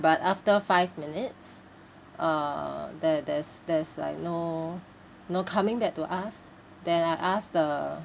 but after five minutes uh there there's there's like no no coming back to us then I asked the